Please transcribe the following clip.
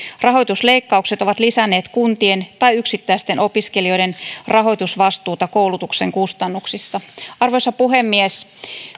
rahoitusleikkaukset ovat lisänneet kuntien tai yksittäisten opiskelijoiden rahoitusvastuuta koulutuksen kustannuksista arvoisa puhemies